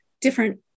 different